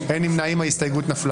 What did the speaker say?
אין ההסתייגות מס'